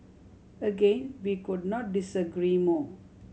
again we could not disagree more